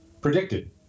predicted